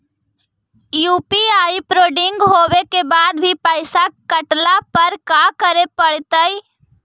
UPI pending होवे के बाद भी पैसा कटला पर का करे पड़तई?